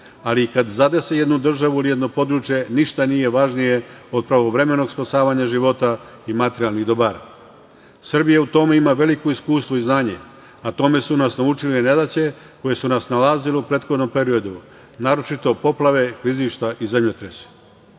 ali kada zadese jednu državu, jedno područje, ništa nije važnije od pravovremenog spasavanja života i materijalnih dobara. Srbija u tome ima veliko iskustvo i znanje, a tome su nas naučile nedaće koje su nas snalazile u prethodnom periodu, naročito poplave, klizišta i zemljotresi.